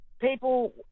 people